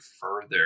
further